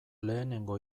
lehenengo